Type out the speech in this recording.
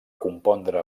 compondre